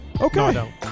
Okay